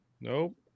nope